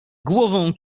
głową